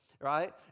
right